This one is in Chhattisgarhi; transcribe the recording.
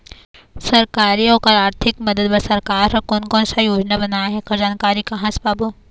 सरकारी अउ ओकर आरथिक मदद बार सरकार हा कोन कौन सा योजना बनाए हे ऐकर जानकारी कहां से पाबो?